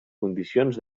condicions